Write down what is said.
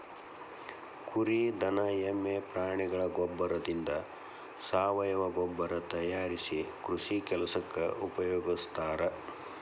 ಕುರಿ ದನ ಎಮ್ಮೆ ಪ್ರಾಣಿಗಳ ಗೋಬ್ಬರದಿಂದ ಸಾವಯವ ಗೊಬ್ಬರ ತಯಾರಿಸಿ ಕೃಷಿ ಕೆಲಸಕ್ಕ ಉಪಯೋಗಸ್ತಾರ